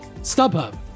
StubHub